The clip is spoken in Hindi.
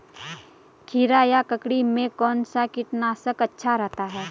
खीरा या ककड़ी में कौन सा कीटनाशक अच्छा रहता है?